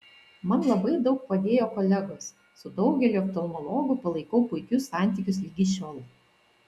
man labai daug padėjo kolegos su daugeliu oftalmologų palaikau puikius santykius ligi šiol